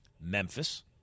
Memphis